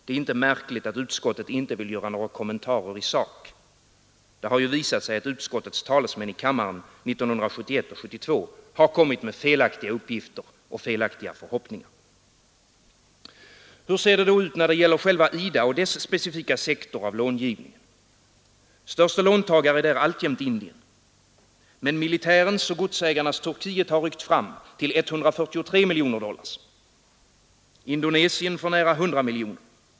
Det är inte märkligt att utskottet inte vill göra några kommentarer i sak. Det har ju visat sig att utskottets talesmän i kammaren 1971 och 1972 har kommit med felaktiga uppgifter och felaktiga förhoppningar. Hur ser det då ut när det gäller IDA och dess specifika sektor av långivningen? Störste låntagare är där alltjämt Indien. Men militärens och godsägarnas Turkiet har ryckt fram till 143 miljoner dollar. Indonesien får nära 100 miljoner.